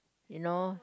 you know